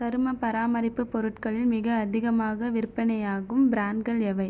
சரும பராமரிப்பு பொருட்களில் மிக அதிகமாக விற்பனையாகும் பிராண்டுகள் எவை